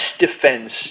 defense